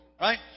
Right